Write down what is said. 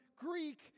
Greek